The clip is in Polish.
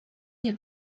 nie